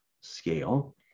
scale